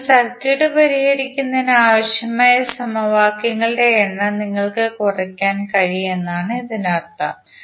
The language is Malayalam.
അതിനാൽ സർക്യൂട്ട് പരിഹരിക്കുന്നതിന് ആവശ്യമായ സമവാക്യങ്ങളുടെ എണ്ണം നിങ്ങൾക്ക് കുറയ്ക്കാൻ കഴിയും എന്നാണ് ഇതിനർത്ഥം